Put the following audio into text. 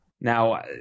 now